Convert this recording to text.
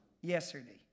yesterday